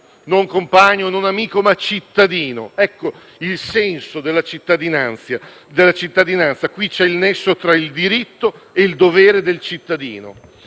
non compagno, non amico ma cittadino. Ecco il senso della cittadinanza: qui c'è il nesso tra il diritto e il dovere del cittadino.